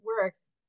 works